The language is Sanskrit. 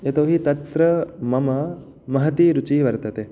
यतोहि तत्र मम महती रुचिः वर्तते